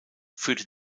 führte